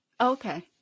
Okay